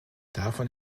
davon